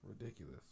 Ridiculous